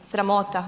Sramota.